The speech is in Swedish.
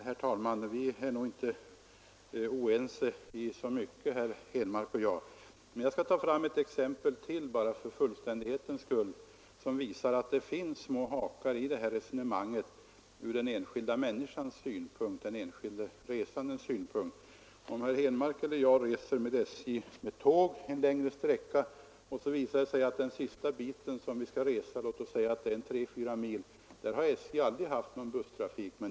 Herr talman! Vi är nog inte oense i så mycket, herr Henmark och jag. Men jag skall för fullständighetens skull ta ytterligare ett exempel som visar att det finns små hakar i det här resonemanget ur den enskilde resenärens synpunkt. Antag att herr Henmark eller jag reser med SJ på tåg en längre sträcka. Det visar sig att SJ på den sista biten av denna sträcka — låt oss säga att det är tre å fyra mil — aldrig har haft någon busstrafik.